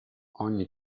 ogni